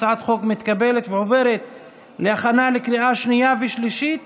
הצעת החוק מתקבלת ועוברת להכנה לקריאה שנייה ושלישית